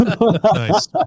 Nice